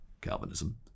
Calvinism